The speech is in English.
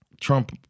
Trump